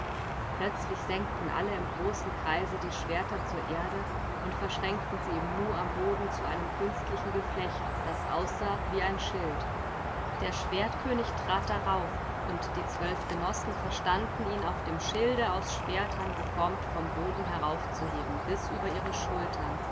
plötzlich senkten alle im großen kreise die schwerter zur erde und verschränkten sie im nu am boden zu einem künstlichen geflecht das aussah wie ein schild der schwertkönig trat darauf und die zwölf genossen verstanden ihn auf dem schilde aus schwertern geformt vom boden heraufzuheben bis über ihre schultern